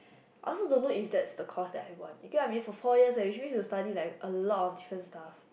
I also don't know if that the course that I want because I have been four year leh need to study a lot of different stuff